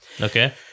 Okay